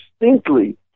distinctly